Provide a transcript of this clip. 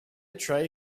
tray